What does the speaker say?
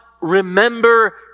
Remember